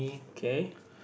K